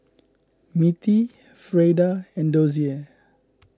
Mittie Freida and Dozier